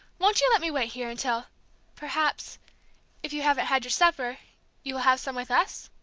won't you let me wait here until perhaps if you haven't had your supper you will have some with us,